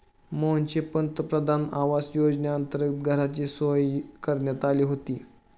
मोहनची पंतप्रधान आवास योजनेअंतर्गत घराची सोय करण्यात आली होती